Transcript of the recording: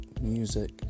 music